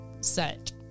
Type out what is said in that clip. set